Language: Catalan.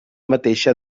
mateixa